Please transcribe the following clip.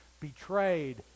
betrayed